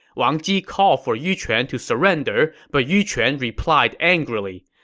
wang ji called for yu quan to surrender, but yu quan replied angrily,